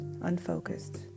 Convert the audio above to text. unfocused